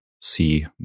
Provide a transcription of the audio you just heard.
see